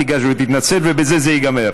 תיגש ותתנצל ובזה זה ייגמר.